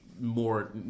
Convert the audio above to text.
more